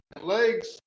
legs